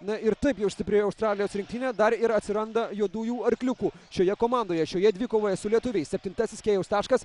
na ir taip jau stipriai australijos rinktinė dar ir atsiranda juodųjų arkliukų šioje komandoje šioje dvikovoje su lietuviais septintasis kėjaus taškas